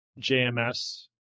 JMS